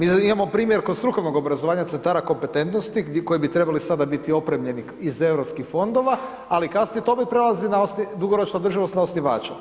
Imamo primjer kod strukovnog obrazovanja centara kompetentnosti koji bi trebali sada biti opremljeni iz europskih fondova, ali kasnije to prelazi dugoročno održivost na osnivača.